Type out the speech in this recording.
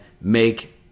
make